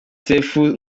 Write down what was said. sefu